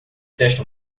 desta